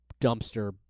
dumpster